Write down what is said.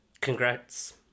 congrats